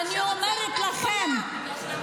אני אומרת לכם,